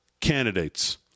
candidates